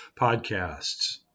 podcasts